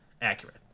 accurate